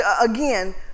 again